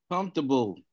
Comfortable